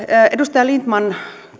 edustaja lindtman